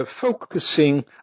focusing